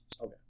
Okay